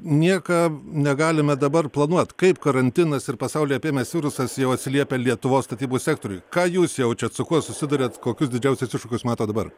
nieką negalime dabar planuot kaip karantinas ir pasaulį apėmęs virusas jau atsiliepia lietuvos statybų sektoriui ką jūs jaučiat su kuo susiduriat kokius didžiausius iššūkius matot dabar